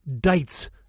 dates